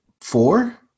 four